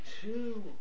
two